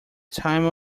time